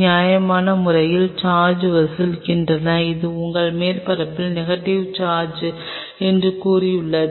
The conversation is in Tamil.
நியாயமான முறையில் சார்ஜ் வசூலிக்கும் இது உங்கள் மேற்பரப்பு நெகட்டிவ் சார்ஜ் என்று கூறியுள்ளது